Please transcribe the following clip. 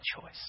choice